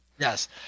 Yes